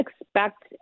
expect